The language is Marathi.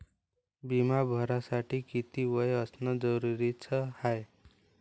बिमा भरासाठी किती वय असनं जरुरीच हाय?